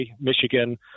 Michigan